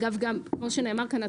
כמו שנאמר כאן,